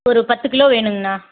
ஒரு பத்து கிலோ வேணுங்கண்ணா